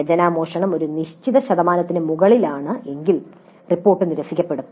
രചനാമോഷണം ഒരു നിശ്ചിത ശതമാനത്തിന് മുകളിലാണ് എങ്കിൽ റിപ്പോർട്ട് നിരസിക്കപ്പെടും